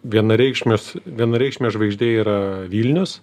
vienareikšmis vienareikšmė žvaigždė yra vilnius